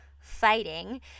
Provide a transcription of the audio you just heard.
fighting